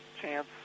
chance